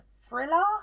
thriller